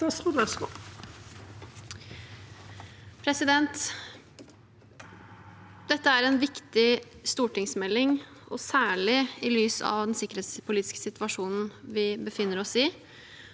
Dette er en viktig stortingsmelding, særlig i lys av den sikkerhetspolitiske situasjonen vi befinner oss i,